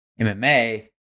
MMA